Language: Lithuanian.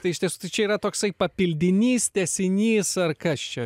tai išties čia yra toksai papildinys tęsinys ar kas čia